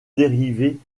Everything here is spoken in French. dérivée